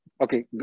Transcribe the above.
Okay